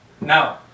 No